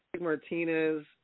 Martinez